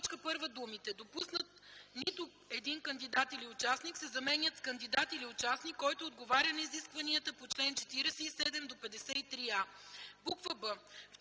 т. 1 думите „допуснат нито един кандидат или участник” се заменят с „кандидат или участник, който отговаря на изискванията по чл. 47-53а”; б) в т.